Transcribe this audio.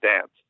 dance